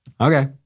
okay